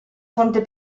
fonte